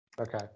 Okay